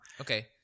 Okay